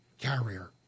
carrier